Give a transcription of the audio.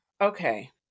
Okay